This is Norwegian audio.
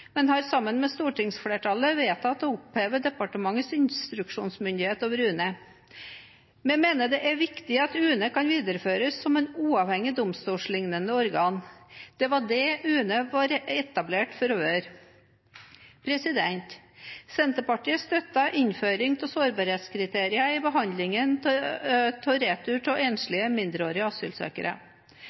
men har sammen med stortingsflertallet vedtatt å oppheve departementets instruksmyndighet over UNE. Vi mener det er viktig at UNE kan videreføres som et uavhengig, domstolslignende organ. Det var det UNE ble etablert for å være. Senterpartiet støttet innføring av sårbarhetskriterier i behandlingen av retur av enslige mindreårige asylsøkere.